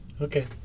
Okay